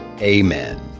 Amen